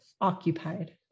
occupied